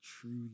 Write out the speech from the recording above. truly